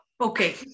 Okay